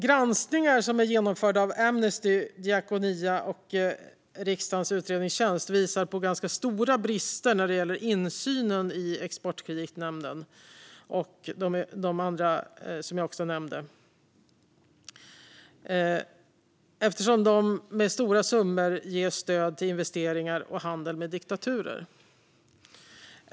Granskningar som är genomförda av Amnesty, Diakonia och riksdagens utredningstjänst visar på ganska stora brister när det gäller insynen i Exportkreditnämnden och de andra som jag nämnde eftersom de ger stora summor i stöd till investeringar och handel med diktaturer.